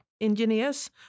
engineers